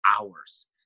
hours